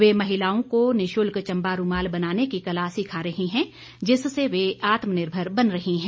वे महिलाओं को निशुल्क चंबा रूमाल बनाने की कला सिखा रही हैं जिससे वे आत्मनिर्भर बन रही हैं